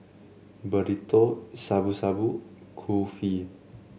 Burrito Shabu Shabu Kulfi